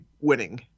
winning